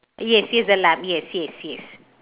yes the lamb yes yes yes